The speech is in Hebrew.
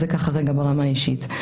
זה ברמה האישית.